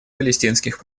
палестинских